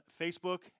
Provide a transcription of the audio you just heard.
Facebook